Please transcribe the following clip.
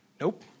Nope